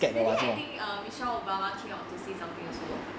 maybe I think err michelle obama came out to see something also